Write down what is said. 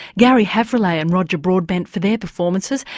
garry havrillay and roger broadbent for their performances,